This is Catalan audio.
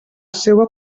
seua